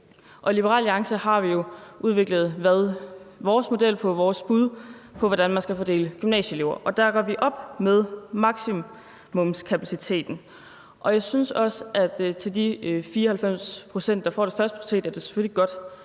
I Liberal Alliance har vi jo udviklet vores bud på en model for, hvordan man skal fordele gymnasieelever, og der gør vi op med maksimumskapaciteten. Jeg synes også, at for de 94 pct., der får deres førsteprioritet, er det selvfølgelig godt,